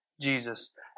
Jesus